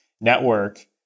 network